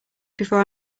before